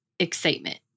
excitement